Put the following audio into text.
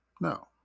No